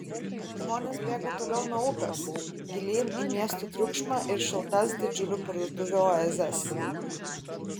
žmonės bėga toliau nuo upės gilyn į miesto triukšmą ir šiltas didžiulių parduotuvių oazes